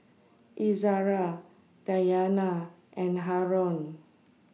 Izzara Dayana and Haron